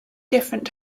different